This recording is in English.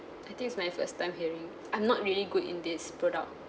I think it's my first time hearing I'm not really good in this product